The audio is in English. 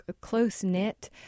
close-knit